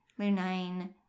Lunine